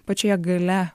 pačioje gale